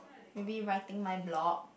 maybe writing my blog